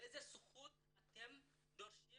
אתם דורשים